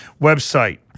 website